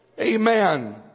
Amen